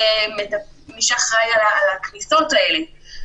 מי שאחראי על הכניסות האלה.